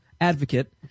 advocate